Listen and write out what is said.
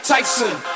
Tyson